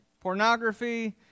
pornography